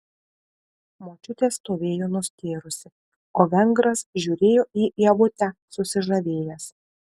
močiutė stovėjo nustėrusi o vengras žiūrėjo į ievutę susižavėjęs